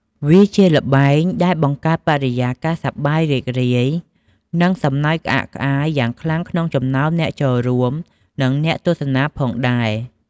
វាជាល្បែងដែលបង្កើតបរិយាកាស សប្បាយរីករាយ និងសំណើចក្អាកក្អាយយ៉ាងខ្លាំងក្នុងចំណោមអ្នកចូលរួម និងអ្នកទស្សនាផងដែរ។